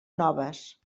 noves